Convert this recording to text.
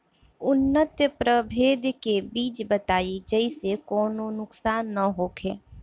उन्नत प्रभेद के बीज बताई जेसे कौनो नुकसान न होखे?